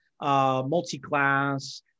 multi-class